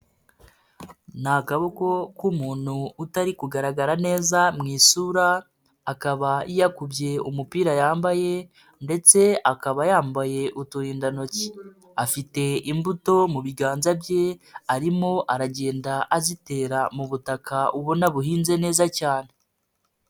Ni akaboko k'umuntu utari kugaragara neza mu isura, akaba yakubye umupira yambaye ndetse akaba yambaye uturindantoki. Afite imbuto mu biganza bye, arimo aragenda azitera mu butaka ubona buhinze neza cyane.